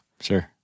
Sure